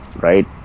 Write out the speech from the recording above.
right